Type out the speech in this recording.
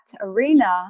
arena